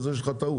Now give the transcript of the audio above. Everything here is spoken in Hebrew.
אז יש לך טעות.